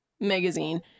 magazine